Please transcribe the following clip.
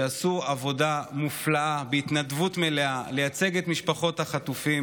שעשו עבודה מופלאה בהתנדבות מלאה לייצג את משפחות החטופים,